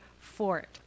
fort